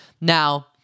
Now